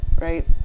right